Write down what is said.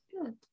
good